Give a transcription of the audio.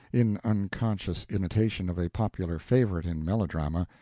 in unconscious imitation of a popular favorite in melodrama,